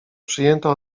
przyjęto